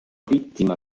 vittima